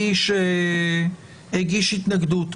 הגיש התנגדות,